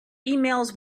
emails